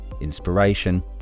inspiration